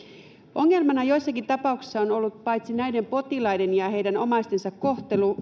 ongelmana joissakin tapauksissa on ollut paitsi näiden potilaiden ja heidän omaistensa kohtelu